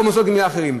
או במוסדות גמילה אחרים.